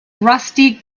rusty